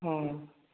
ହୁଁ